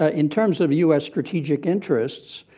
ah in terms of u s. strategic interests,